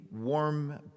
warm